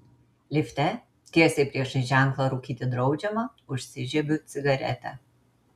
lifte tiesiai priešais ženklą rūkyti draudžiama užsižiebiu cigaretę